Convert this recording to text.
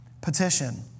Petition